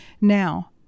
Now